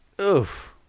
Oof